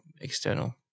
external